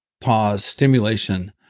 pause stimulation,